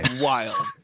wild